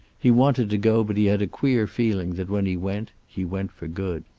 he wanted to go, but he had a queer feeling that when he went he went for good.